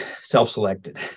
self-selected